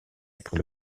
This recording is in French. après